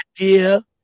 idea